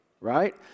right